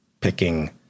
picking